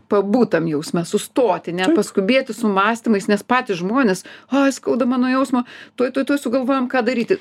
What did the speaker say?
pabūtam tam jausme sustoti nepaskubėti su mąstymais nes patys žmonės ai skauda mano jausmą tuoj tuoj tuoj sugalvojam ką daryti